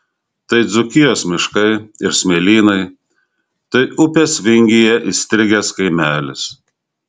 tai dzūkijos miškai ir smėlynai tai upės vingyje įstrigęs kaimelis